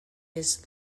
his